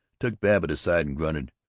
took babbitt aside and grunted,